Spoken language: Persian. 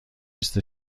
لیست